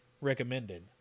recommended